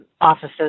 offices